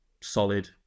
solid